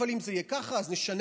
אבל אם זה יהיה ככה אז נשנה.